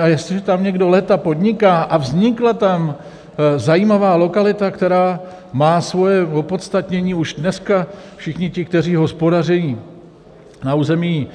A jestliže tam někdo léta podniká a vznikla tam zajímavá lokalita, která má svoje opodstatnění už dneska, všichni ti, kteří hospodaří na území